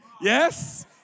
Yes